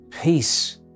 peace